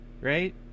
right